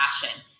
passion